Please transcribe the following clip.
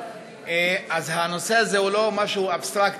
אז הנושא הזה הוא לא משהו אבסטרקטי.